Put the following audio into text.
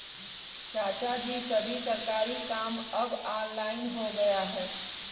चाचाजी, सभी सरकारी काम अब ऑनलाइन हो गया है